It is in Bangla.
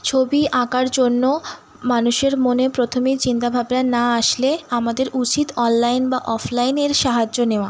ছবি আঁকার জন্য মানুষের মনে প্রথমেই চিন্তা ভাবনা না আসলে আমাদের উচিত অনলাইন বা অফলাইনের সাহায্য নেওয়া